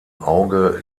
auge